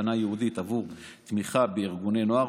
תקנה ייעודית עבור תמיכה בארגוני נוער,